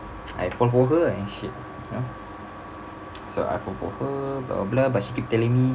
I fall for her and shit you know so I fall for her but she keep telling me